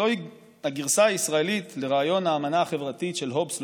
זוהי הגרסה הישראלית לרעיון האמנה החברתית של הובס,